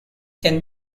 can